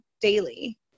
daily